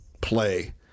play